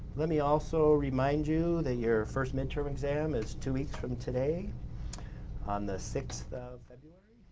let me also remind you that you're first midterm exam is two weeks from today on the sixth of february,